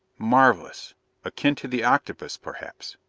marvelous akin to the octopus, perhaps?